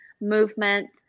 movement